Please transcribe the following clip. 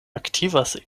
aktivas